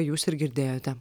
jūs ir girdėjote